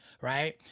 right